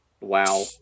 Wow